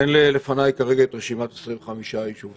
אין לפניי כרגע את רשימת 25 היישובים.